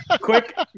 Quick